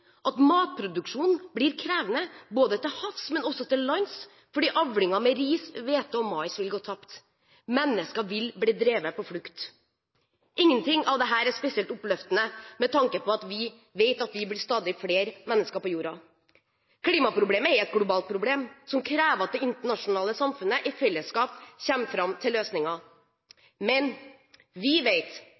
at matproduksjon blir krevende – til havs, men også til lands fordi avlinger med ris, hvete og mais vil gå tapt. Mennesker vil bli drevet på flukt. Ikke noe av dette er spesielt oppløftende med tanke på at vi vet at vi blir stadig flere mennesker på jorda. Klimaproblemet er et globalt problem som krever at det internasjonale samfunnet i fellesskap kommer fram til løsninger. Men vi